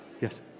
Yes